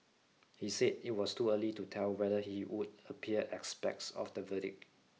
he said it was too early to tell whether he would appear aspects of the verdict